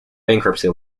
bankruptcy